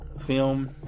Film